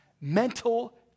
mental